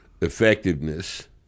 effectiveness